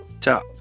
top